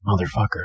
Motherfucker